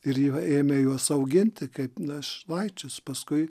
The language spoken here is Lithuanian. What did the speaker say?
ir ji ėmė juos auginti kaip našlaičius paskui